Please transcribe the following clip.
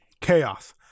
Chaos